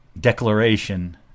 declaration